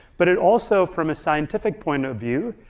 but it also, from a scientific point of view,